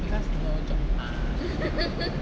because no job mah